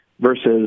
versus